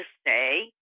stay